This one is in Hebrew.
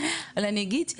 אבל אני אגיד,